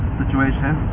situation